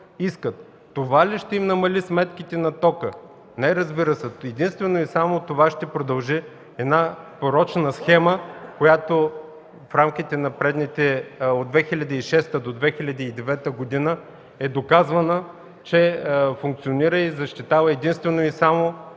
Това ли ще им намали сметките на тока? Не, разбира се, единствено и само ще продължи една порочна схема, която в рамките на предните от 2006 г. до 2009 г. е доказала, че функционира и защитава тяснопартийни